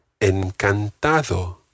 encantado